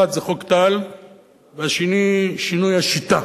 אחד זה חוק טל והשני שינוי השיטה.